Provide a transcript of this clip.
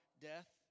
death